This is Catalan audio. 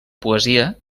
poesia